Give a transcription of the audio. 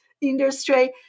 industry